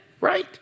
right